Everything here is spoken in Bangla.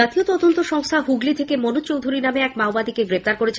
জাতীয় তদন্ত সংস্থা হুগলী থেকে মনোজ চৌধুরী নামে এক মাওবাদীকে গ্রেপ্তার করেছে